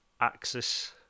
axis